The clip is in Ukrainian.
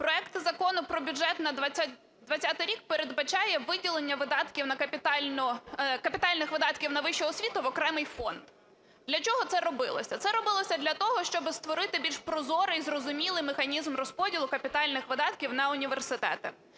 Проект Закону про бюджет на 20-й рік передбачає виділення видатків на капітальну… капітальних видатків на вищу освіту в окремий фонд. Для чого це робилося? Це робилося для того, щоби створити більш прозорий і зрозумілий механізм розподілу капітальних видатків на університети.